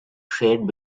shared